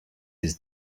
his